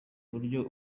buryo